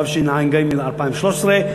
התשע"ג 2013,